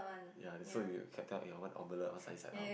ya so you can tell eh I want omelette or sunny side up